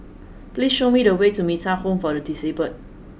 please show me the way to Metta Home for the Disabled